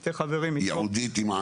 שני חברים --- נכון.